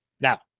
now